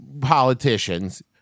politicians